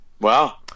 Wow